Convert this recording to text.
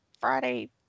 Friday